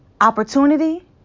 opportunity